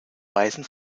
weisen